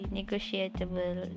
negotiable